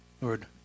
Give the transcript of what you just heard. Lord